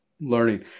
learning